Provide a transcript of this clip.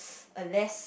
a less